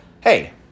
hey